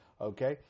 okay